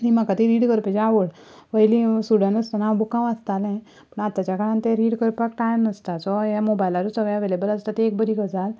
आनी म्हाका ती रीड करपाची आवड पयलीं स्टूडंट आसतना हांव बुकां वाचतालें पूण आतांच्या काळांत ते रीड करपाक टायम नासता सो हें मोबायलारूच सगळें अवेलेबल आसता ती एक बरी गजाल